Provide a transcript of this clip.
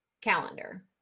calendar